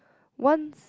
once